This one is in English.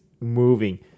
moving